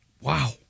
wow